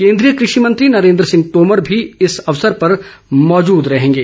केन्द्रीय कृषि मंत्री नरेन्द्र सिंह तोमर भी इस अवसर पर मौजूद रहेंगे